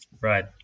Right